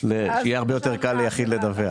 כדי שיהיה הרבה יותר קל ליחיד לדווח.